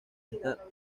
esta